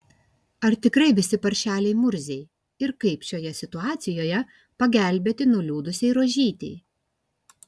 ar tikrai visi paršeliai murziai ir kaip šioje situacijoje pagelbėti nuliūdusiai rožytei